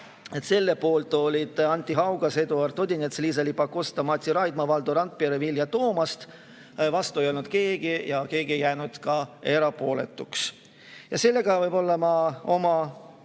Selle poolt olid Anti Haugas, Eduard Odinets, Liisa-Ly Pakosta, Mati Raidma, Valdo Randpere, Vilja Toomast. Vastu ei olnud keegi ja keegi ei jäänud ka erapooletuks. Sellega ma oma